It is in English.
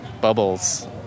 Bubbles